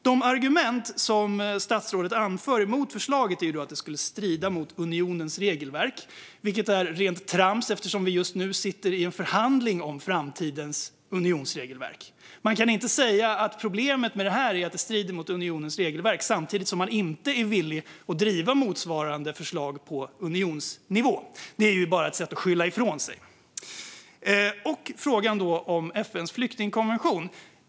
De argument som statsrådet anför mot förslaget är att det skulle strida mot unionens regelverk, vilket är rent trams eftersom vi just nu sitter i en förhandling som framtidens unionsregelverk. Man kan inte säga att problemet är att det strider mot unionens regelverk samtidigt som man inte är villig att driva motsvarande förslag på unionsnivå. Det är bara ett sätt att skylla ifrån sig. Så till frågan om FN:s flyktingkonvention.